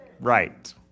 right